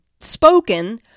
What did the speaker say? spoken